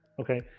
Okay